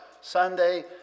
Sunday